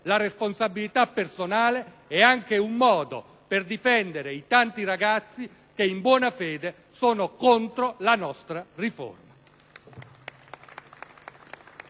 la responsabilità personale è anche un modo per difendere i tanti ragazzi che in buona fede sono contro la nostra riforma.